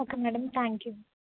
okay madam thank you